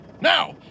Now